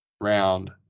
round